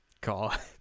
God